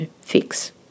fix